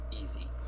easy